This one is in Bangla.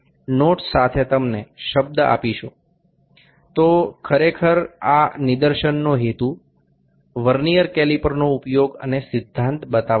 সুতরাং প্রকৃতপক্ষে এই প্রদর্শনের উদ্দেশ্যটি ছিল এই নীতিটি এবং ভার্নিয়ার ক্যালিপারের ব্যবহারটি প্রদর্শন করা